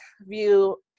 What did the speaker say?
view